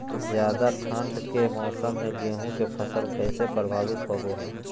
ज्यादा ठंड के मौसम में गेहूं के फसल कैसे प्रभावित होबो हय?